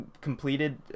completed